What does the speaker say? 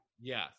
Yes